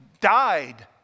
died